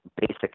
basic